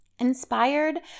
Inspired